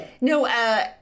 no